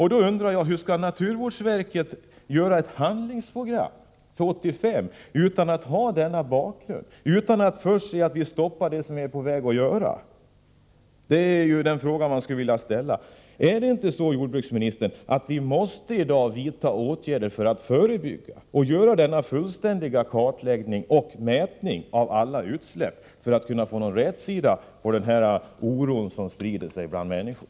Hur skall naturvårdsverket kunna göra ett handlingsprogram för 1985 utan att ha denna bakgrund, utan att vi först stoppar det som nu är på väg att ske? Är det inte så, jordbruksministern, att vi i dag måste vidta åtgärder för att förebygga? Är det inte så att vi måste göra denna fullständiga kartläggning och mätning av alla utsläpp för att komma till rätta med den oro som sprider sig bland människor?